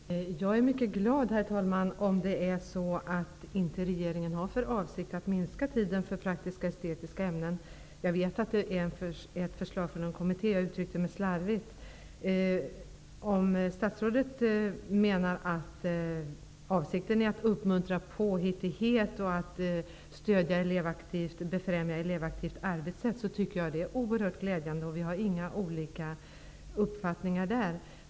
Herr talman! Jag är mycket glad, om det är så att regeringen inte har för avsikt att minska tiden för praktiska och estetiska ämnen. Jag vet att det är ett förslag från en kommitté, och jag uttryckte mig slarvigt tidigare. Om statsrådet menar att avsikten är att uppmuntra påhittighet och att befrämja ett elevaktivt arbetssätt, är det oerhört glädjande. Vi har inte olika uppfattningar om det.